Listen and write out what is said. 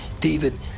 David